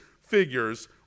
figures